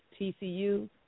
TCU